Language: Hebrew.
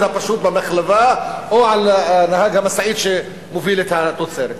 הפשוט במחלבה או על נהג המשאית שמוביל את התוצרת.